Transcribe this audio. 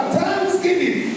thanksgiving